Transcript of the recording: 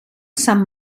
san